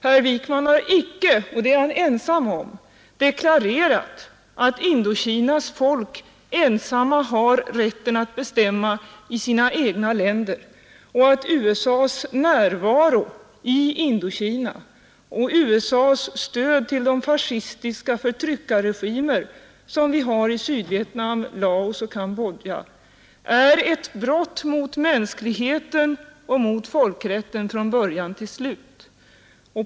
Herr Wijkman har icke — och det är han ensam om +— deklarerat att Indokinas folk ensamma har rätten att bestämma i sina egna länder och att USA:s närvaro i Indokina och USA:s stöd till de fascistiska förtryckarregimer som finns i Sydvietnam, Laos och Cambodja är ett brott mot mänskligheten och mot folkrätten från början till slut.